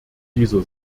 dieser